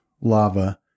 lava